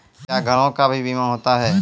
क्या घरों का भी बीमा होता हैं?